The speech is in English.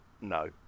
no